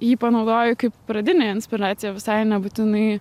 jį panaudoju kaip pradinė inspiracija visai nebūtinai